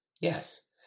Yes